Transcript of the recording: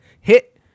Hit